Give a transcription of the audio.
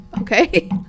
okay